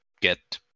get